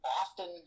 often